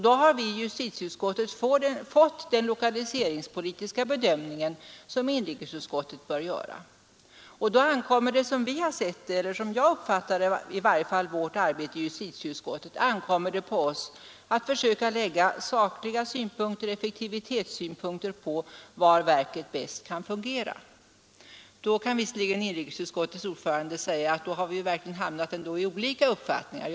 Vi har alltså i justitieutskottet fått göra den lokaliseringspolitiska bedömning som inrikesutskottet bör göra, och sedan har det ankommit på oss i justitieutskottet — i varje fall såsom jag uppfattar vårt arbete — att försöka lägga sakliga synpunkter, effektivitetssynpunkter, på var verket bäst kan fungera. Då kan visserligen inrikesutskottets ordförande säga att vi verkligen har hamnat i olika uppfattningar.